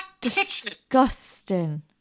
disgusting